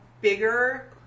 bigger